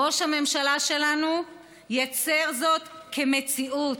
ראש הממשלה שלנו ייצר זאת כמציאות.